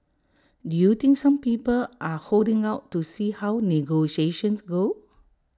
do you think some people are holding out to see how negotiations go